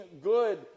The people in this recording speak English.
good